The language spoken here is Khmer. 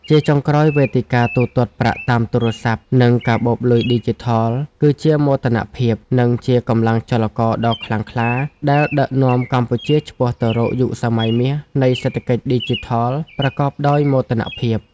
ជាចុងក្រោយ វេទិកាទូទាត់ប្រាក់តាមទូរស័ព្ទ និងកាបូបលុយឌីជីថល គឺជាមោទនភាព និងជាកម្លាំងចលករដ៏ខ្លាំងក្លាដែលដឹកនាំកម្ពុជាឆ្ពោះទៅរកយុគសម័យមាសនៃសេដ្ឋកិច្ចឌីជីថលប្រកបដោយមោទនភាព។